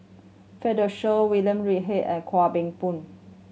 Fred De Souza William Read H and Kwa Soon Bee